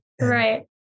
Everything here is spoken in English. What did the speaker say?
Right